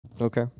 Okay